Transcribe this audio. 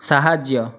ସାହାଯ୍ୟ